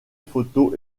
photo